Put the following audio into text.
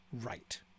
right